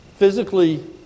physically